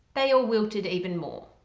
they all wilted even more!